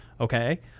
okay